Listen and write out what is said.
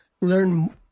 learn